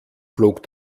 flog